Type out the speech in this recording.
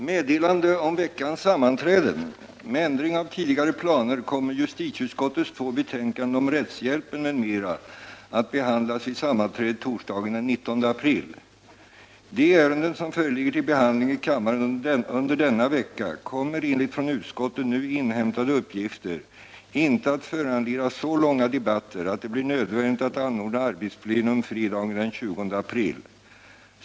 Med ändring av tidigare planer kommer justitieutskottets två betänkanden om rättshjälpen m.m. att behandlas vid sammanträdet torsdagen den 19 april. De ärenden, som föreligger till behandling i kammaren under denna vecka, kommer enligt från utskotten nu inhämtade uppgifter inte att föranleda så långa debatter att det blir nödvändigt att anordna arbetsplenum på fi dag, den 20 april.